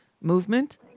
movement